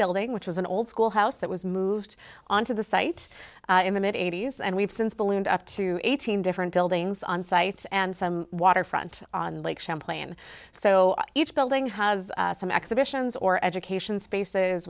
building which is an old school house that was moved onto the site in the mid eighty's and we've since ballooned up to eighteen different buildings on site and some waterfront on lake champlain so each building has some exhibitions or education space